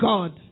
God